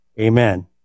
Amen